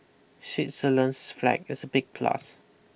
Switzerland's flag is a big plus